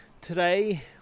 today